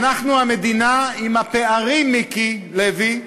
אנחנו המדינה עם הפערים, מיקי לוי,